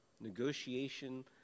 negotiation